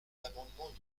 l’amendement